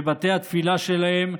בבתי התפילה שלהם,